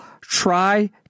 try